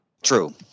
True